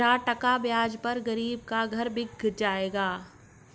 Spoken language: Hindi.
तेरह टका ब्याज पर गरीब का घर बिक जाएगा